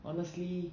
honestly